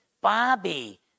Bobby